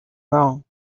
wrong